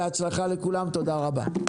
בהצלחה לכולם, תודה רבה.